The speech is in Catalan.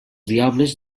diables